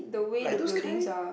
like those kind